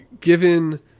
Given